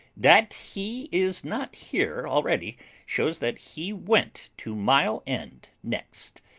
that he is not here already shows that he went to mile end next.